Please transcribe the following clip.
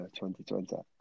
2020